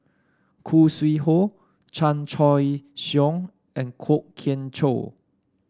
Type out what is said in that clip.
Khoo Sui Hoe Chan Choy Siong and Kwok Kian Chow